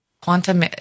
quantum